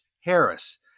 Harris